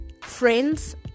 Friends